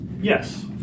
Yes